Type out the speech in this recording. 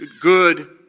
good